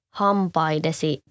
hampaidesi